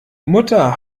mutter